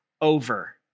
over